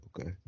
okay